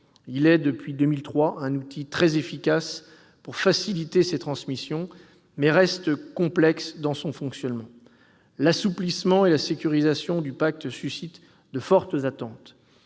il est un outil très efficace pour faciliter cette transmission, mais reste complexe dans son fonctionnement. L'assouplissement et la sécurisation du pacte Dutreil suscitent de fortes attentes.